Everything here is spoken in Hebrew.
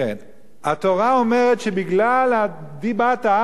וכן היינו בעיניהם.